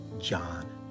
john